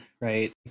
right